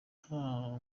nta